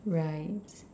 right